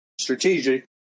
strategic